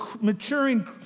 maturing